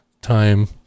time